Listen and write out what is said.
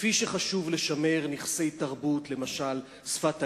כפי שחשוב לשמר נכסי תרבות, למשל שפת היידיש,